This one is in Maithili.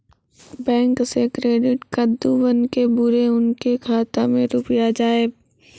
बैंक से क्रेडिट कद्दू बन के बुरे उनके खाता मे रुपिया जाएब?